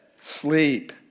Sleep